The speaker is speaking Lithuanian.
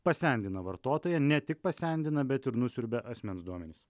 pasendina vartotoją ne tik pasendina bet ir nusiurbia asmens duomenis